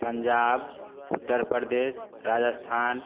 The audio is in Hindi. पंजाब उत्तर प्रदेश राजस्थान